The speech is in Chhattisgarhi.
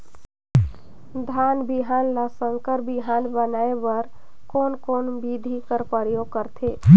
धान बिहान ल संकर बिहान बनाय बर कोन कोन बिधी कर प्रयोग करथे?